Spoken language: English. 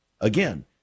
again